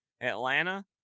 Atlanta –